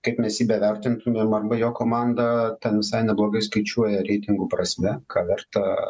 kaip mes jį bevertintumėme mamba jo komandą ten visai neblogai skaičiuoja reitingų prasme ką verta